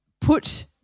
put